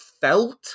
felt